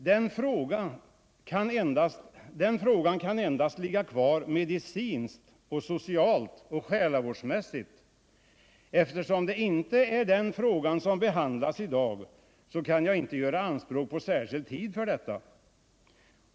Den frågan kan endast ligga kvar medicinskt, socialt och själavårdsmässigt. Eftersom det inte är sådana områden som behandlas i dag kan jag emellertid inte göra anspråk på särskild tid för detta.